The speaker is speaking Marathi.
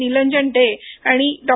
निलंजन डे आणि डॉ